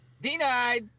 denied